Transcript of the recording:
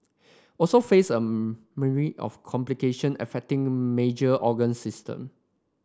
also face a myriad of complication affecting major organ system